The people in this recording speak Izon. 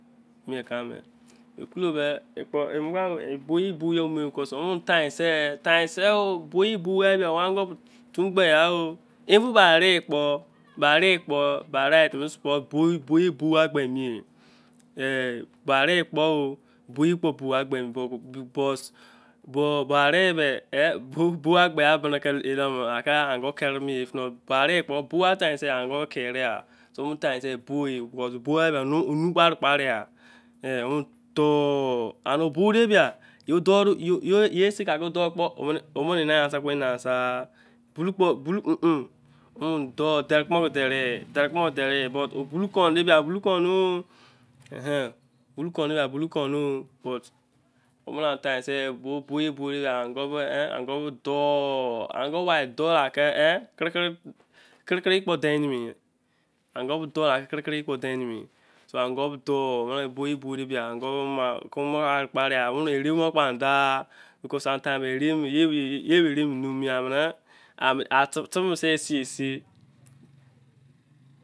mienkame kulobe kpo, bobo amene times tu gbesha o. be an̄ye kpo ba ari ye- kpo. bo- bo yagbe m fe bo times so. ango kare- gha, bo ba nu. Kpo ari kpo ye sei kpo mie kpo omere eni ansum kpo eni awure a. derekumu kpo dere bulon kon bou ye anger dooh, ango mic doo ere kpo an tab. ante- bese sei si